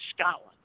Scotland